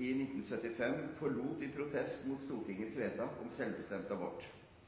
i 1975 forlot i protest mot Stortingets vedtak om